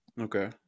Okay